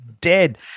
dead